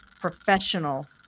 professional